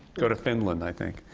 go to finland, i think.